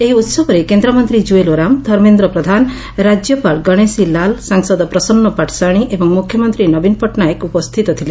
ଏହି ଉହବରେ କେନ୍ଦ୍ରମନ୍ତୀ ଜୁଏଲ୍ ଓରାମ ଧମେନ୍ଦ୍ର ପ୍ରଧାନ ରାଜ୍ୟପାଳ ଗଣେଶୀ ଲାଲ ସାଂସଦ ପ୍ରସନ୍ନ ପାଟଶାଣୀ ଏବଂ ମୁଖ୍ୟମନ୍ତୀ ନବୀନ ପଟ୍ଟନାୟକ ଉପସ୍ଥିତ ଥିଲେ